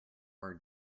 our